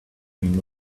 dream